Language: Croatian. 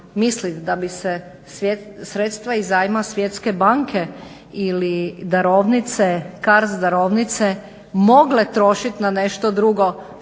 misliti da bi se sredstva iz zajma Svjetske banke ili darovnice, CARDS darovnice mogle trošit na nešto drugo